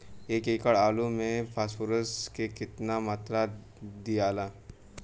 एक एकड़ आलू मे फास्फोरस के केतना मात्रा दियाला?